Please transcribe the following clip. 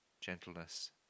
gentleness